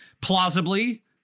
plausibly